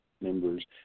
members